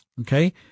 Okay